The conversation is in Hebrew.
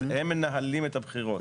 הם מנהלים את הבחירות.